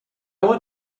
want